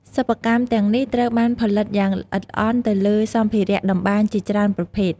សិប្បកម្មទាំងនេះត្រូវបានផលិតយ៉ាងល្អិតល្អន់ទៅលើសម្ភារៈតម្បាញជាច្រើនប្រភេទ។